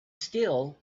still